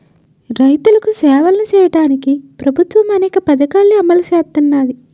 రైతులికి సాయం సెయ్యడానికి ప్రభుత్వము అనేక పథకాలని అమలు సేత్తన్నాది